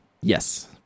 Yes